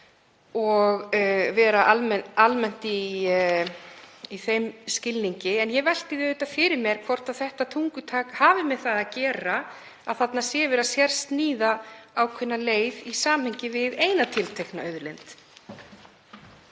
og verði almennt í þeim skilningi. En ég velti því fyrir mér hvort þetta tungutak hafi með það að gera að þarna sé verið að sérsníða ákveðna leið í samhengi við eina tiltekna auðlind.